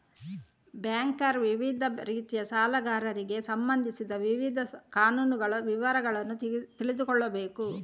banker ವಿವಿಧ ರೀತಿಯ ಸಾಲಗಾರರಿಗೆ ಸಂಬಂಧಿಸಿದ ವಿವಿಧ ಕಾನೂನುಗಳ ವಿವರಗಳನ್ನು ತಿಳಿದುಕೊಳ್ಳಬೇಕು